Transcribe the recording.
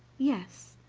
yes,